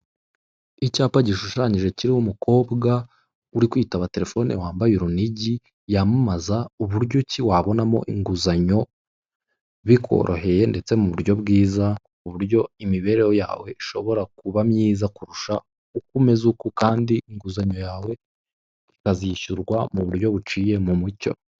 Icyapa gishushanyije, kiriho umukobwa uri kwitaba telefone, wambaye urunigi, yamamaza uburyo ki wabonamo inguzanyo bikoroheye, ndetse mu buryo bwiza, ku buryo imibereho yawe ishobora kuba myiza kurusha uko umeze uku, kandi inguzanyo yawe ikazishyurwa mu buryo buciye mu mucyo.